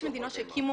יש מדינות שהקימו